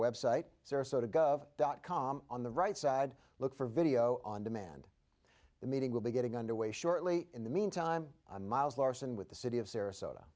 gov dot com on the right side look for video on demand the meeting will be getting underway shortly in the mean time i'm miles larson with the city of sarasota